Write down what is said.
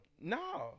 No